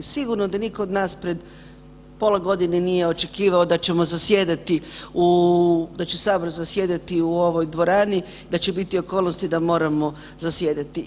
Sigurno da niko od nas pred pola godine nije očekivao da ćemo zasjedati, da će sabor zasjedati u ovoj dvorani, da će biti okolnosti da moramo zasjedati.